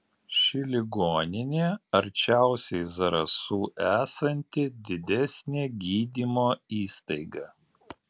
ši ligoninė arčiausiai zarasų esanti didesnė gydymo įstaiga